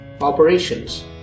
operations